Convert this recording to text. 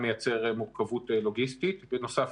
זה מייצר מורכבות לוגיסטית בנוסף